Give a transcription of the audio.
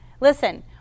listen